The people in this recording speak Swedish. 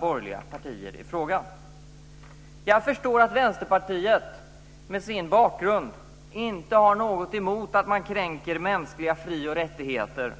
borgerliga partier i frågan. Jag förstår att Vänsterpartiet med sin bakgrund inte har något emot att man kränker mänskliga frioch rättigheter.